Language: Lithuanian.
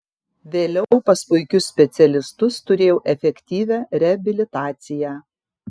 vėliau pas puikius specialistus turėjau efektyvią reabilitaciją